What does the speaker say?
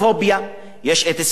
יש ספרד-פוביה.